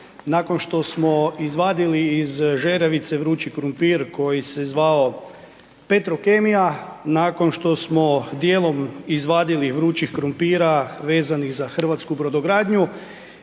Nakon što smo izvadili iz žeravice vrući krumpir koji se zvao Petrokemija, nakon što smo dijelom izvadili vrućih krumpira vezanih za hrvatsku brodogradnju,